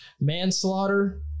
Manslaughter